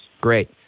Great